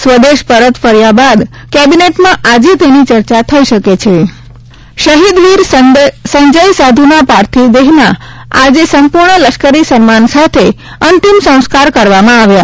સ્વદેશ પરત ફર્યા બાદ કેબિનેટ માં આજે તેની ચર્ચા થઈ શકે છે શહીદવીર સંજય સાધુના પાર્થિવ હેદના આજે સંપૂર્ણ લશ્કરી સન્માન સાથે અંતિમ સંસ્કાર કરવામાં આવ્યા